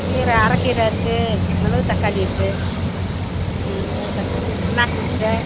கீரை அரக்கீரை இருக்குது மிளகு தக்காளி இருக்குது ம் மிளகு தக்காளி பொன்னாங்கண்ணிக் கீரை